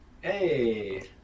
Hey